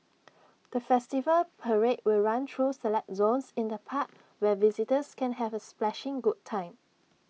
the festival parade will run through select zones in the park where visitors can have A splashing good time